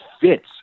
fits